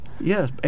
Yes